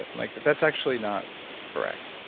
and like but that's actually not correct.